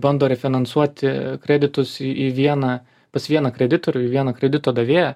bando refinansuoti kreditus į į vieną pas vieną kreditorių į vieną kredito davėją